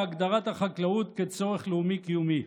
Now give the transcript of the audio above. בהגדרת החקלאות כצורך לאומי קיומי.